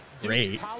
great